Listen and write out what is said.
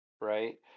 right